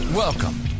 Welcome